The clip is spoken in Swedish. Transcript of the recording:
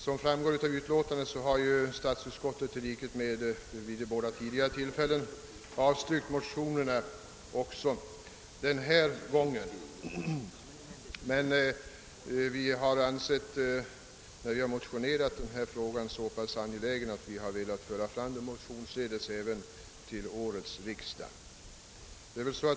Som framgår av utlåtandet har statsutskottet, liksom vid de båda tidigare tillfällena, avstyrkt motionerna. Vi har emellertid ansett saken så angelägen att vi har velat föra fram den motionsledes även till årets riksdag.